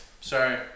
Sorry